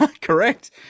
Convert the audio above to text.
correct